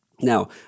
Now